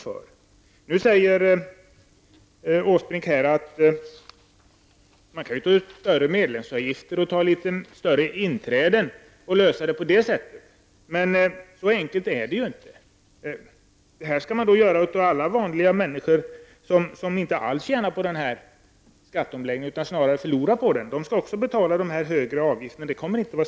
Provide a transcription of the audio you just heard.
Åsbrink säger att föreningarna kan ta ut högre medlemsavgifter och högre inträdesavgifter. Men så enkelt är det ju inte. Sådana höjningar skulle drabba även de många människor som inte alls tjänar någonting på skatteomläggningen utan snarare förlorar på den. De skulle också få betala dessa högre avgifter.